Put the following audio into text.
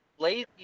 lazy